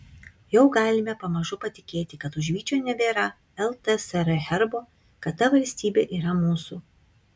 jau galime pamažu patikėti kad už vyčio nebėra ltsr herbo kad ta valstybė yra mūsų